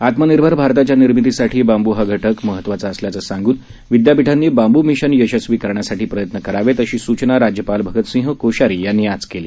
आत्मनिर्भर भारताच्या निर्मितीसाठी बांबू हा महत्वाचा घटक असल्याचं सांगून विद्यापीठांनी बांबू मिशन यशस्वी करण्यासाठी प्रयत्न करावे अशी सूचना राज्यपाल भगतसिंह कोश्यारी यांनी आज केली